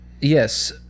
yes